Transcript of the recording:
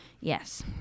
Yes